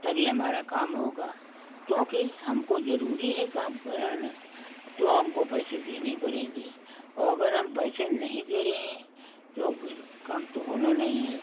तभी हमारा काम होगा क्योंकि हमको ज़रूरी है काम कराना तो हमको पैसे देने पड़ेंगे और अगर हम पैसे नहीं दे रहे हैं तो फिर काम तो होना नहीं है